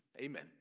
amen